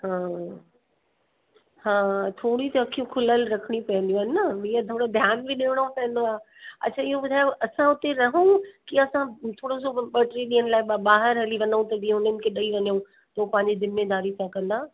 हा हा थोरी त अखियूं खुलियलु रखिणी पवंदियूं आहिनि न ईअं थोरो ध्यान बि ॾियणो पवंदो आहे अच्छा इहो ॿुधायो असां हुते रहूं की असां थोरो सो ॿ टे ॾींहनि लाए ब ॿाहिरि हली वञूं त जीअं उन्हनि खे ॾेई वञूं पोइ पंहिंजी जिमेदारी सां कंदा